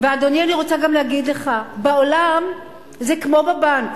אדוני, אני רוצה גם להגיד לך שבעולם זה כמו בבנק: